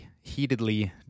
heatedly